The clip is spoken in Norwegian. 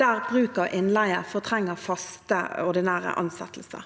der bruk av innleie fortrenger faste, ordinære ansettelser.